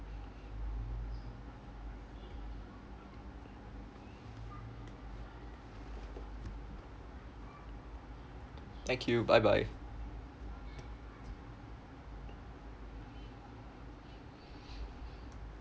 thank you bye bye